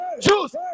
Choose